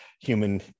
human